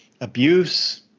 abuse